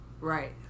Right